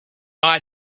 eye